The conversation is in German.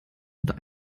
unter